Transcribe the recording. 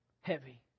Heavy